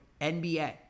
NBA